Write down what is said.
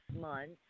months